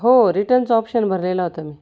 हो रिटर्नच ऑप्शन भरलेला होता मी